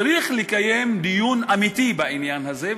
צריך לקיים דיון אמיתי בעניין הזה,